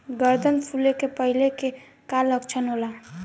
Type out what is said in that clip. गर्दन फुले के पहिले के का लक्षण होला?